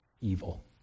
evil